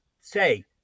say